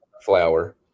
flour